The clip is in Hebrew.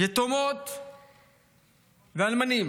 יתומות ואלמנים,